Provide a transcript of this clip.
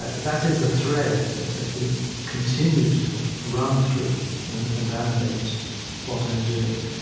ah that is a thread that i think continues to run through and and animate what i'm doing.